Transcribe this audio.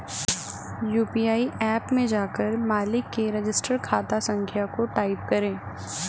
UPI app में जाकर मालिक के रजिस्टर्ड खाता संख्या को टाईप करें